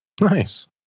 Nice